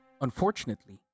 Unfortunately